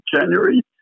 January